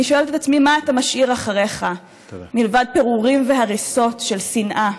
אני שואלת את עצמי מה אתה משאיר אחריך מלבד פירורים והריסות של שנאה,